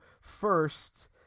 first